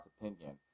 opinion